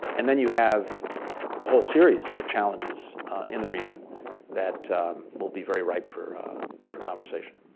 and then you have a whole series of challenges in the region that will be very ripe for for conversation.